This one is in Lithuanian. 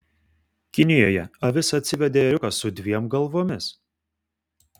kinijoje avis atsivedė ėriuką su dviem galvomis